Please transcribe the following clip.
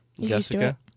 Jessica